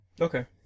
Okay